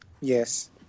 Yes